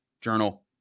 Journal